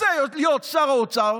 רוצה להיות שר האוצר,